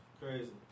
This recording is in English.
Crazy